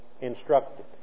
Instructed